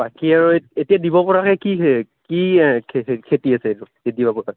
বাকী আৰু এতিয়া দিব পৰা কি কি খেতি আছে এতিয়া দিব পৰা